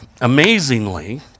amazingly